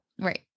Right